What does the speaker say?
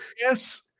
Yes